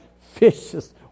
fishes